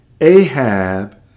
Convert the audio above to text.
Ahab